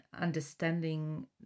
understanding